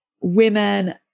women